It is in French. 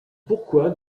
pourquoi